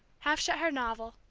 half shut her novel,